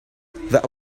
that